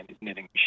knitting